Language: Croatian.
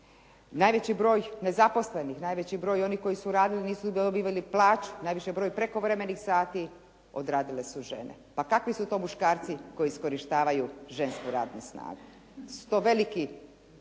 Najveći broj nezaposlenih, najveći broj onih koji su radili nisu dobivali plaću, najviši broj prekovremenih sati odradile su žene. Pa kakvi su to muškarci koji iskorištavaju žensku radnu snagu?